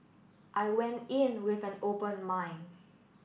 I went in with an open mind